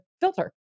filter